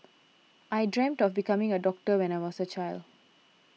I dreamt of becoming a doctor when I was a child